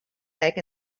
back